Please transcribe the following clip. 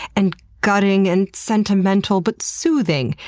and gutting, and sentimental but soothing,